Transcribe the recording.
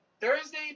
Thursday